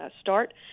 start